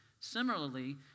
Similarly